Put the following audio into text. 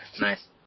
Nice